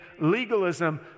legalism